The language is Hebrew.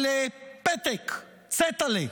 על פתק, צעטלע,